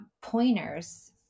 pointers